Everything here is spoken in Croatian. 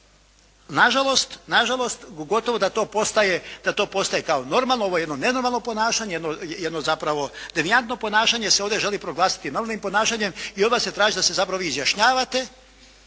Nažalost, gotovo da to postaje kao normalno. Ovo je jedno nenormalno ponašanje, jedno zapravo devijantno ponašanje se ovdje želi proglasiti normalnim ponašanjem i onda se traži da se zapravo vi izjašnjavanje